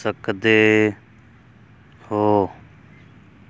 ਸਕਦੇ ਹੋ